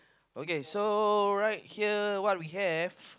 okay so right here what we have